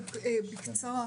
בקצרה.